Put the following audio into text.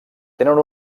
tenen